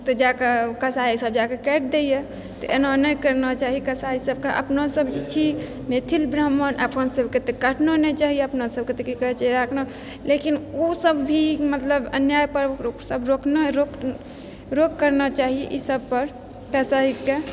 तऽ जाकऽ कसाइ सब जाकऽ काटि दैए तऽ एना नहि करना चाही कसाइ सबके अपनो सब जे छी मैथिल ब्राह्मण अपन सबके तऽ काटनो नहि चाही अपना सभके तऽ कि कहे छै राखना लेकिन ओ सभ भी मतलब अन्याय पर सब रोकना रोक रोक करना चाही ई सभ पर कसाइके